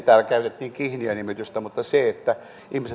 täällä käytettiin kihniö nimitystäkin varmistaa se että ihmiset voivat